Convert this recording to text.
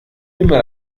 immer